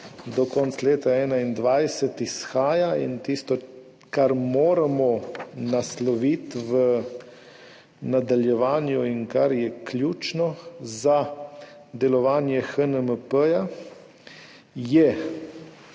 do konca leta 2021 izhaja in tisto, kar moramo nasloviti v nadaljevanju in kar je ključno za delovanje HNMP, je